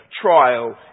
trial